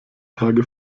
tage